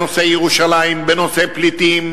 בנושא ירושלים, בנושא פליטים,